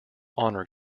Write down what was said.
horror